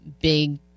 big